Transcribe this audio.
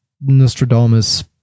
Nostradamus